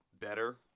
better